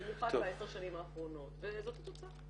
במיוחד ב-10 שנים האחרונות וזאת התוצאה.